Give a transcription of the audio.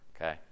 okay